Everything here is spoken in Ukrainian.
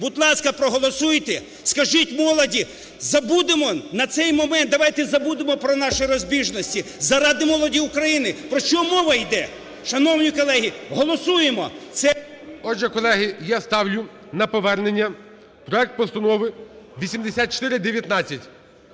Будь ласка, проголосуйте, скажіть молоді, забудемо на цей момент, давайте забудемо про наші розбіжності заради молоді України. Про що мова йде? Шановні колеги, голосуємо! Це… ГОЛОВУЮЧИЙ. Отже, колеги, я ставлю на повернення проект Постанови 8419.